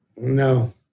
No